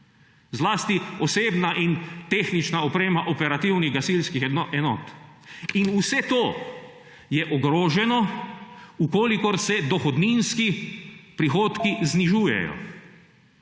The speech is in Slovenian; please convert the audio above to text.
zlasti osebna in tehnična oprema operativnih gasilskih enot. In vse to je ogroženo, v kolikor se dohodninski prihodki znižujejo.